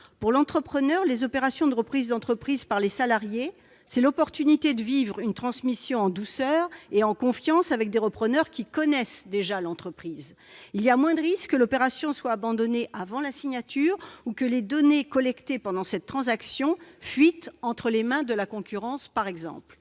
Pour l'entrepreneur cédant, l'opération de reprise d'entreprise par les salariés représente la possibilité d'assurer une transmission en douceur et en confiance, avec des repreneurs qui connaissent déjà l'entreprise. Il y a moins de risques que l'opération soit abandonnée avant la signature ou que les données collectées pendant la transaction fuitent vers la concurrence, par exemple.